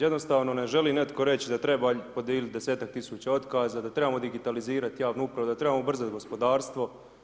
Jednostavno ne želi netko reći da treba podijeliti 10-ak tisuća otkaza, da trebamo digitalizirati javnu upravu, da trebamo ubrzati gospodarstvo.